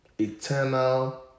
Eternal